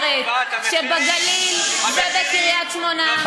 והאמת אומרת שבגליל ובקריית-שמונה,